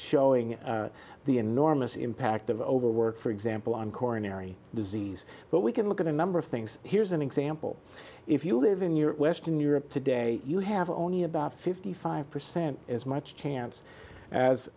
enormous impact of overwork for example on coronary disease but we can look at a number of things here's an example if you live in your western europe today you have only about fifty five percent as much chance as